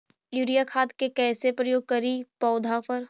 Urea खाद के कैसे प्रयोग करि पौधा पर?